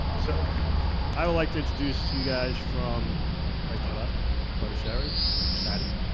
so i would like to introduce to you guys from right to left carter shaddy shaddy